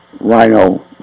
rhino